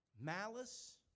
malice